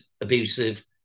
abusive